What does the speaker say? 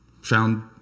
found